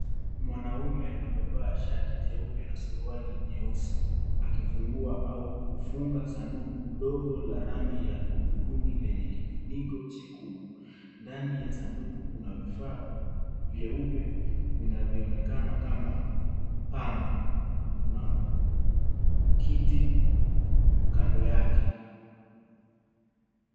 Mwanaume amevaa shati jeupe na suruali nyeusi, akifungua au kufunga sanduku dogo la rangi ya udhurungi lenye kifuniko jekundu. Ndani ya sanduku kuna vifaa vyeupe vinavyoonekana kama pamba, kuna kiti kando yake.